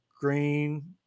Green